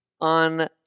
on